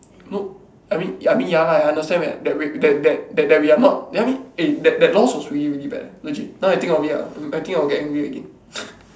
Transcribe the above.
no I mean I mean ya lah I understand that that that that that we are not tell me eh that that lost was really really bad legit now I think of it ah I think I'll get angry again